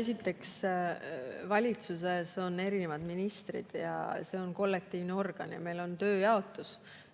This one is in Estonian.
Esiteks, valitsuses on erinevad ministrid, see on kollektiivne organ ja meil on tööjaotus.